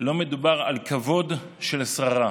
לא מדובר על כבוד של שררה.